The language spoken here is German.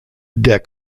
der